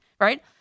right